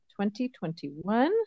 2021